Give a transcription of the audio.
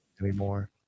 anymore